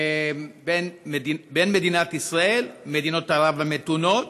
בין מדינת ישראל למדינות ערב המתונות,